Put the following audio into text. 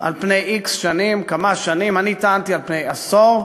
על פני x שנים, כמה שנים, אני טענתי, על פני עשור,